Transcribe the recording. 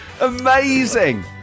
Amazing